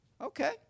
Okay